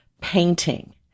painting